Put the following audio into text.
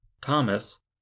Thomas